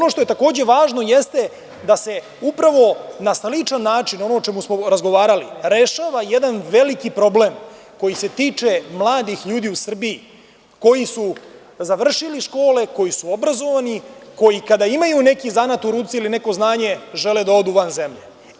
Ono što je takođe važno, jeste da se upravo na sličan način, ono o čemu smo razgovarali, rešava jedan veliki problem koji se tiče mladih ljudi u Srbiji koji su završili škole, koji su obrazovani, koji kada imaju neki zanat u ruci ili neko znanje žele da odu van zemlje.